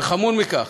וחמור מכך,